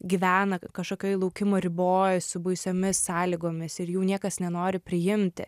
gyvena kažkokioj laukimo riboj su baisiomis sąlygomis ir jų niekas nenori priimti